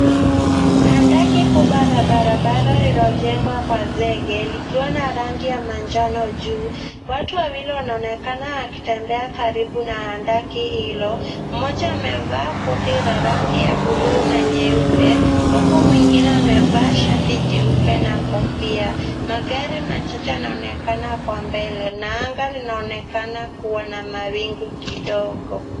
Handaki kubwa ya barabara iliyojengwa kwa zege likiwa na rangi ya manjano juu. Watu wawili wanaonekana wakitembea karibu na handaki hilo. Mmoja amevaa koti la rangi ya buluu na nyeupe huku mwengine amevaa shati nyeupe na kofia. Magari machache yanaonekana kwabele na anga linaonekana kuwa na mawingu kidogo.